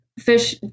fish